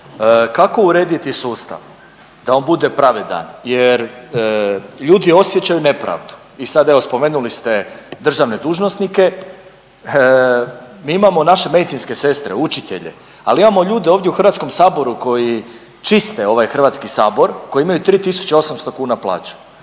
kako urediti sustav da on bude pravedan, jer ljudi osjećaju nepravdu. I sad evo spomenuli ste državne dužnosnike. Mi imamo naše medicinske sestre, učitelje, ali imamo ljude ovdje u Hrvatskom saboru koji čiste ovaj Hrvatski sabor koji imaju 3800 kuna plaću.